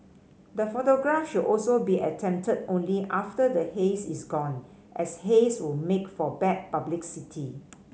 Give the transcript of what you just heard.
the photograph should also be attempted only after the haze is gone as haze would make for bad publicity